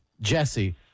Jesse